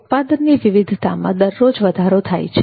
ઉત્પાદનની વિવિધતામાં દરરોજ વધારો થાય છે